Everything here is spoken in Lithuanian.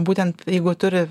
būtent jeigu turi